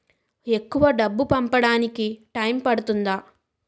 ఎక్కువ డబ్బు పంపడానికి టైం పడుతుందా?